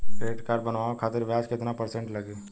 Credit card बनवाने खातिर ब्याज कितना परसेंट लगी?